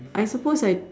I suppose I